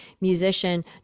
musician